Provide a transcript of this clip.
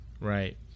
Right